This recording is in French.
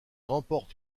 remporte